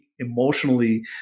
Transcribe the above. emotionally